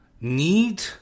need